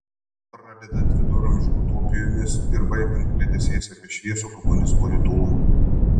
pradedant viduramžių utopijomis ir baigiant kliedesiais apie šviesų komunizmo rytojų